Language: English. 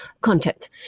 content